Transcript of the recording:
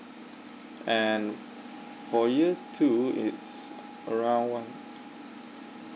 and for year two it's around one